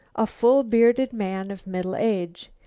a full-bearded man of middle age.